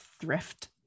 thrift